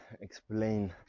explain